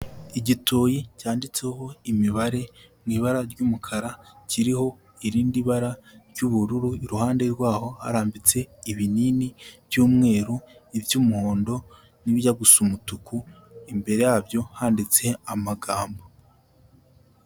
Igitoyi cyanditseho imibare mu ibara ry'umukara kiriho irindi bara ry'ubururu, iruhande rwaho harambitse ibinini by'umweru, iby'umuhondo n'ibijya gusa umutuku, imbere yabyo handitse amagambo.